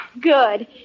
Good